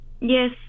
Yes